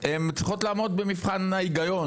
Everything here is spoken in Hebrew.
הן צריכות לעמוד במבחן ההיגיון.